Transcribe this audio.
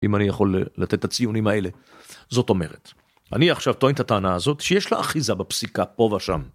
אם אני יכול לתת את הציונים האלה, זאת אומרת. אני עכשיו טוען את הטענה הזאת שיש לה אחיזה בפסיקה פה ושם.